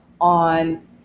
on